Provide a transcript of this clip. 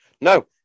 No